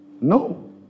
No